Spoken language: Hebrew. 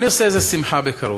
אני עושה איזו שמחה בקרוב.